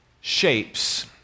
shapes